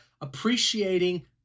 appreciating